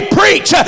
preach